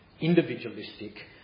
individualistic